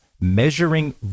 Measuring